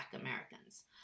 Americans